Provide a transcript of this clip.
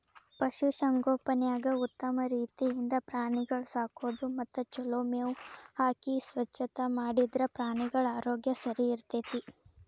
ಪಶು ಸಂಗೋಪನ್ಯಾಗ ಉತ್ತಮ ರೇತಿಯಿಂದ ಪ್ರಾಣಿಗಳ ಸಾಕೋದು ಮತ್ತ ಚೊಲೋ ಮೇವ್ ಹಾಕಿ ಸ್ವಚ್ಛತಾ ಮಾಡಿದ್ರ ಪ್ರಾಣಿಗಳ ಆರೋಗ್ಯ ಸರಿಇರ್ತೇತಿ